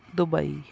Dubai